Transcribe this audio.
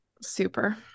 Super